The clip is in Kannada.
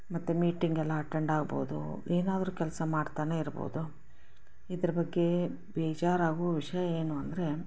ಮತ್ತು ಮೀಟಿಂಗ್ ಎಲ್ಲ ಅಟೆಂಡ್ ಆಗ್ಬೋದು ಏನಾದರೂ ಕೆಲಸ ಮಾಡ್ತಾನೆ ಇರ್ಬೋದು ಇದ್ರ ಬಗ್ಗೆ ಬೇಜಾರು ಆಗೋ ವಿಷಯ ಏನು ಅಂದರೆ